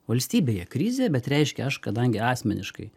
valstybėje krizė bet reiškia aš kadangi asmeniškai